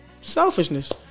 selfishness